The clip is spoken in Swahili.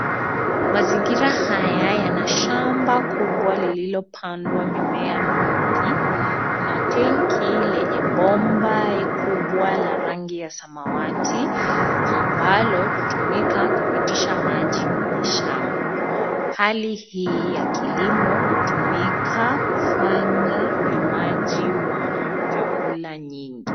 Mazingira haya yana shamba kubwa lililopandwa mimea mingi, kuna tank lenye bomba kubwa la rangi ya samawati ambalo hutumika kupitisha maji kwenye shamba, hali hii ya kilimo hutumika kufanya ulimaji wa chakula nyingi.